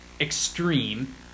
extreme